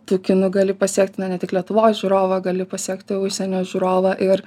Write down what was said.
tu kinu gali pasiekt na ne tik lietuvos žiūrovą gali pasekti užsienio žiūrovą ir